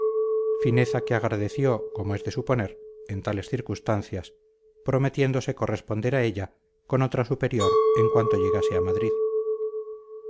fineza que agradeció como es de suponer en tales circunstancias prometiéndose corresponder a ella con otra superior en cuanto llegase a madrid